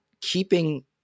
keeping –